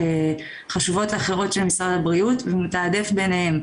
החשובות האחרות של משרד הבריאות והוא מתעדף ביניהם,